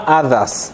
others